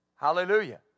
Hallelujah